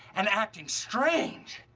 and acting strange.